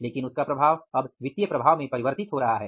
लेकिन उसका प्रभाव अब वित्तीय प्रभाव में परिवर्तित हो रहा है